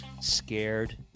scared